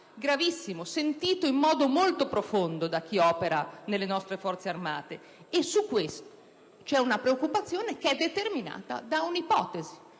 gravissimo, sentito in modo molto profondo da chi opera nelle nostre Forze armate. In merito, c'è una preoccupazione causata dall'ipotesi